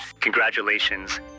congratulations